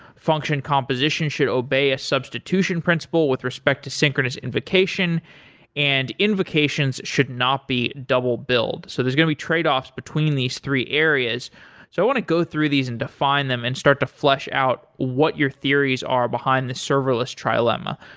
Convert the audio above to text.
function composition should obey a substitution principle with respect to synchronous invocation and invocations should not be double build. so there is going to be tradeoff between these three areas. so i want to go through these and define them and start to flesh out what your theories are behind the serverless trilema.